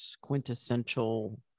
quintessential